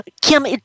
Kim